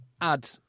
add